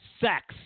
sex